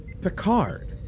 Picard